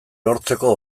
lortzeko